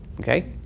Okay